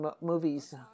movies